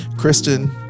Kristen